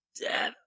death